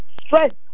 strength